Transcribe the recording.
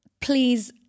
please